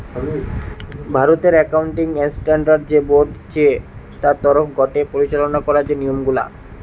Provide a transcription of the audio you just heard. ভারতের accounting standard যে board চে তার তরফ গটে পরিচালনা করা যে নিয়ম গুলা